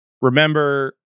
remember